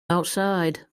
outside